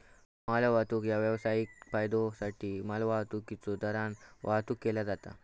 मालवाहतूक ह्या व्यावसायिक फायद्योसाठी मालवाहतुकीच्यो दरान वाहतुक केला जाता